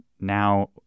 now